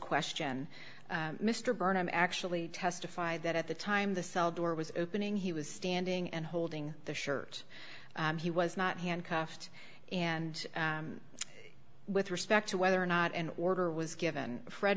question mr burnham actually testified that at the time the cell door was opening he was standing and holding the shirt and he was not handcuffed and with respect to whether or not an order was given fred